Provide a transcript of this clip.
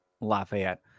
Lafayette